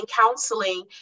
counseling